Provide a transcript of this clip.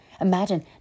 Imagine